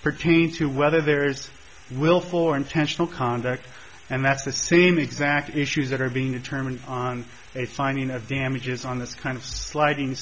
pertaining to whether there's willful or intentional conduct and that's the same exact issues that are being determined on a finding of damages on this kind of sliding